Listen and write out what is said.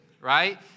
right